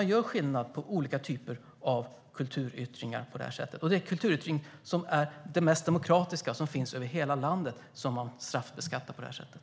Man gör skillnad på olika typer av kulturyttringar på det här sättet, och det är den kulturyttring som är den mest demokratiska och som finns över hela landet som man straffbeskattar på det här sättet.